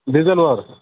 डिझेलवर